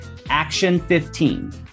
ACTION15